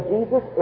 Jesus